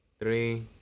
three